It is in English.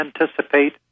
anticipate